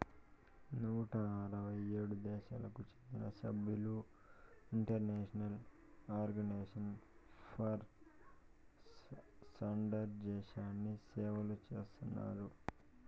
నూట అరవై ఏడు దేశాలకు చెందిన సభ్యులు ఇంటర్నేషనల్ ఆర్గనైజేషన్ ఫర్ స్టాండర్డయిజేషన్ని సేవలు చేస్తున్నారు